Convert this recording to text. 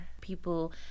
people